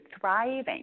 thriving